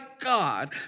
God